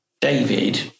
David